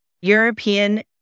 European